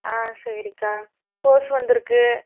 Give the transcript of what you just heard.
ஆ சரிக்கா கோஸ் வந்திருக்கு